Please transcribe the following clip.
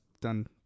done